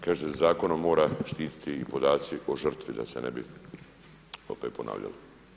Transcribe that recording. Kažete da se zakonom mora štititi podaci o žrtvi da se ne bi opet ponavljali.